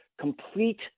complete